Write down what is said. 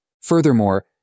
Furthermore